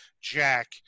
Jack